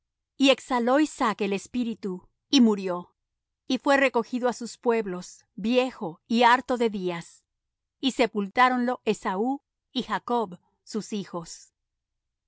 y exhaló isaac el espíritu y murió y fué recogido á sus pueblos viejo y harto de días y sepultáronlo esaú y jacob sus hijos